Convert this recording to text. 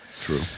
true